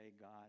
god